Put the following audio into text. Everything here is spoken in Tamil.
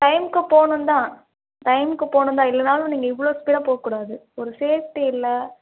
டைம்க்கு போகணும் தான் டைமுக்கு போகணும் தான் இல்லைனாலும் நீங்கள் இவ்வளோ ஸ்பீடாக போகக்கூடாது ஒரு சேஃப்டி இல்லை